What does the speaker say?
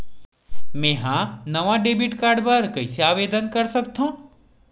मेंहा नवा debit card बर कैसे आवेदन कर सकथव?